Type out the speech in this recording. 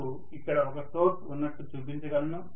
నాకు ఇక్కడ ఒక సోర్స్ ఉన్నట్లు చూపించగలను